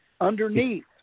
underneath